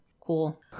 Cool